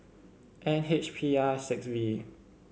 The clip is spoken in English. N H P R six V